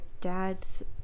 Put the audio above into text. dad's